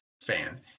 fan